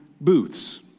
booths